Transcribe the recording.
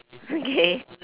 okay